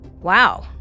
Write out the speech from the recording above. Wow